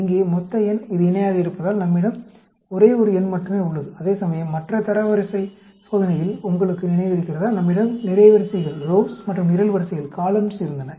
இங்கே மொத்த எண் இது இணையாக இருப்பதால் நம்மிடம் ஒரே ஒரு எண் மட்டுமே உள்ளது அதேசமயம் மற்ற தரவரிசை சோதனையில் உங்களுக்கு நினைவிருக்கிறதா நம்மிடம் நிரைவரிசைகள் மற்றும் நிரல்வரிசைகள் இருந்தன